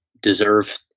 deserve